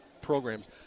programs